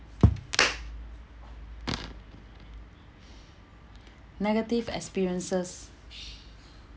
negative experiences